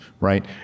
right